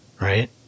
right